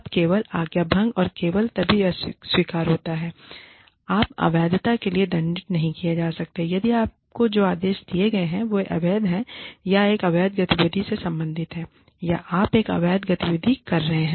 अब केवल आज्ञाभंग और केवल तभी स्वीकार्य होता है आप अवैधता के लिए दंडित नहीं किए जा सकते हैं यदि आपको जो आदेश दिए गए हैं वे अवैध हैं या एक अवैध गतिविधि से संबंधित हैं या आप एक अवैध गतिविधि कर रहे हैं